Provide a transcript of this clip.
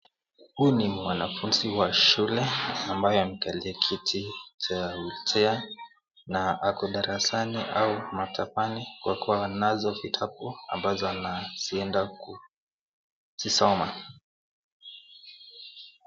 Huyu ni mwanafuzi wa shule ambaye amekalia kiti cha wheelchair na ako darasani au maktabani kwa kuwa nazo vitabu ambazo anazieda kuzisoma.